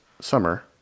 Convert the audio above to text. summer